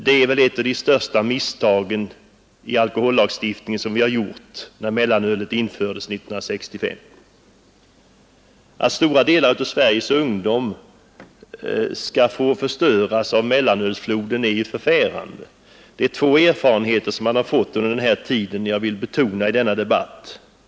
Det är ett av de största misstagen i alkohollagstiftningen som vi gjort när mellanölet infördes 1965. Att stora delar av Sveriges ungdom skall få förstöras av mellanölsfloden är förfärande. Det är två erfarenheter man fått under den här tiden som jag vill betona i denna debatt.